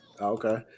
okay